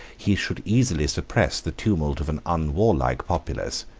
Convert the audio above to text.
he should easily suppress the tumult of an unwarlike populace,